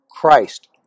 Christ